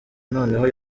noneho